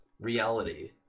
reality